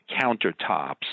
countertops